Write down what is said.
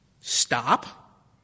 Stop